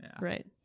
right